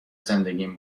زندگیم